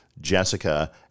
Jessica